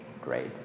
great